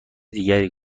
دیگری